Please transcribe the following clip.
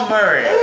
Murray